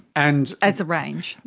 and as a range.